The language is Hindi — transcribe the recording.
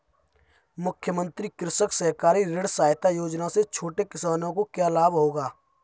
मुख्यमंत्री कृषक सहकारी ऋण सहायता योजना से छोटे किसानों को क्या लाभ होगा?